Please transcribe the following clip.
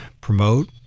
promote